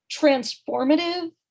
transformative